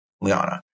Liana